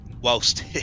Whilst